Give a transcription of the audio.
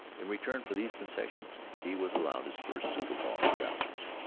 in return for these concessions he was allowed his first suit of long trousers.